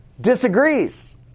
disagrees